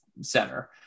center